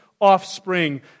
offspring